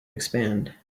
expand